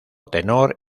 tenor